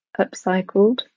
Upcycled